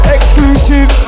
Exclusive